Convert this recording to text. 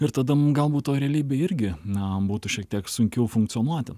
ir tada mum galbūt toj realybėj irgi na būtų šiek tiek sunkiau funkcionuoti